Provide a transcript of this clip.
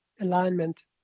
alignment